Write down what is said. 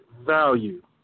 value